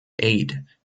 aide